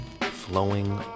flowing